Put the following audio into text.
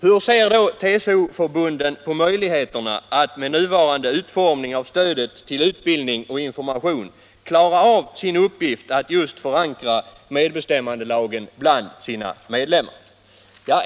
Hur ser då TCO-förbunden på möjligheterna att med nuvarande utformning av stödet till utbildning och information klara av sin uppgift att just förankra medbestämmandelagen bland sina medlemmar?